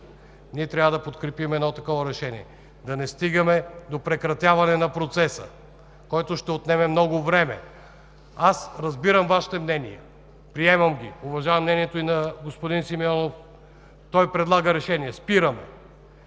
ние трябва да подкрепим такова решение, за да не стигаме до прекратяване на процеса, което ще отнеме много време. Разбирам Вашите мнения, приемам ги, уважавам мнението и на господин Симеонов. Той предлага решение. Спирам!